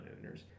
owners